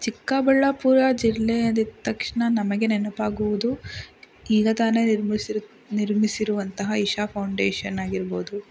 ಚಿಕ್ಕಬಳ್ಳಾಪುರ ಜಿಲ್ಲೆ ಅಂದಿದ್ದ ತಕ್ಷಣ ನಮಗೆ ನೆನಪಾಗುವುದು ಈಗ ತಾನೆ ನಿರ್ಮಿಸಿರು ನಿರ್ಮಿಸಿರುವಂತಹ ಇಶಾ ಫೌಂಡೇಶನ್ ಆಗಿರ್ಬೋದು